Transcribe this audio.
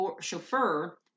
Chauffeur